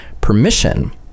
permission